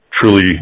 truly